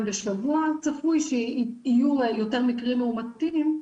בשבוע ולכן צפוי שיהיו יותר מקרים מאומתים.